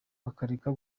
bakareka